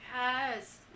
Yes